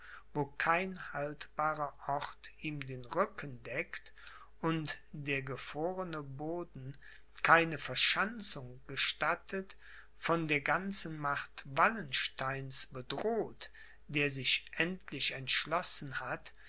wo kein haltbarer ort ihm den rücken deckt und der gefrorne boden keine verschanzung gestattet von der ganzen macht wallensteins bedroht der sich endlich entschlossen hat